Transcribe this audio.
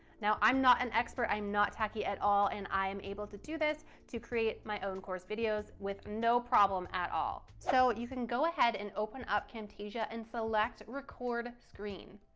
now i'm not an expert, i'm not tech-y at all, and i am able to do this to create my own course videos with no problem at all. so you can go ahead and open up camtasia and select record screen.